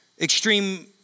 Extreme